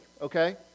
okay